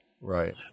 Right